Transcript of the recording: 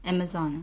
Amazon